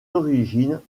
origines